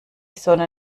sonne